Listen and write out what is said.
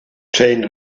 jane